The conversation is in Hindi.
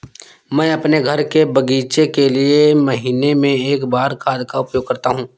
मैं अपने घर के बगीचे के लिए महीने में एक बार खाद का उपयोग करता हूँ